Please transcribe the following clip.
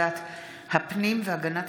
על שולחן הכנסת 3 מזכירת הכנסת ירדנה